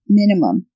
minimum